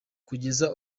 kugeza